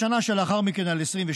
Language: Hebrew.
בשנה שלאחר מכן, על 22,